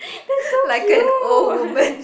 like an old woman